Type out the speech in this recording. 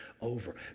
over